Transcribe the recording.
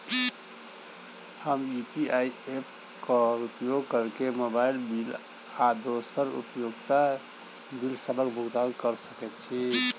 हम UPI app क उपयोग करके मोबाइल बिल आ दोसर उपयोगिता बिलसबक भुगतान कर सकइत छि